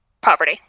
poverty